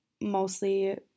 mostly